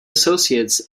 associates